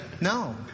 No